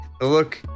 look